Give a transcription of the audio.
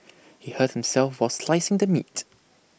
he hurt himself while slicing the meat